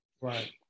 Right